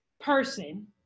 person